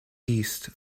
east